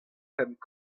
pemp